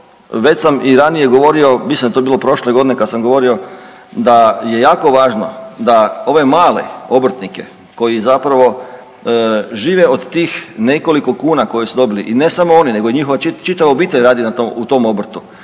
već sam i ranije govorio, mislim da je to bilo prošče godine kad sam govorio da je jako važno da ove male obrtnike koji zapravo žive od tih nekoliko kuna koje su dobili nego i njihova čitava obitelj radi na tom, u